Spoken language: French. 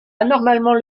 anormalement